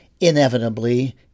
inevitably